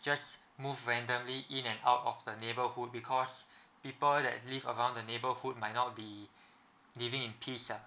just move randomly in and out of the neighborhood because people that live around the neighbourhood might not be living in peace ah